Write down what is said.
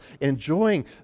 enjoying